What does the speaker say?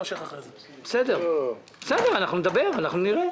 בסדר, אנחנו נדבר, אנחנו נראה.